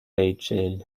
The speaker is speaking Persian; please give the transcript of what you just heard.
ریچل